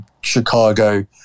Chicago